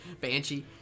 Banshee